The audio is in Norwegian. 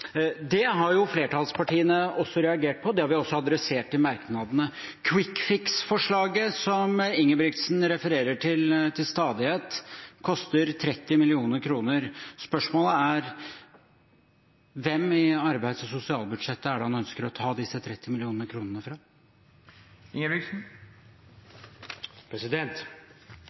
Det har flertallspartiene også reagert på, det har vi også adressert i merknadene. «Quick fix»-forslaget som Ingebrigtsen refererer til til stadighet, koster 30 mill. kr. Spørsmålet er: Hvem i arbeids- og sosialbudsjettet er det han ønsker å ta disse 30